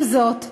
עם זאת,